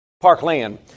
Parkland